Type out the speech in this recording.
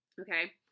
okay